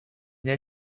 der